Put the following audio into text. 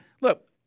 Look